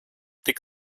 tik